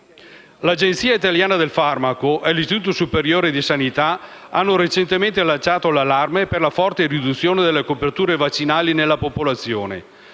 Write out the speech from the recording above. L'Agenzia italiana del farmaco e l'Istituto superiore di sanità hanno recentemente lanciato l'allarme per la forte riduzione delle coperture vaccinali nella popolazione;